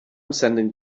sending